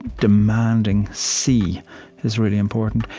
demanding see is really important.